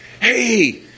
hey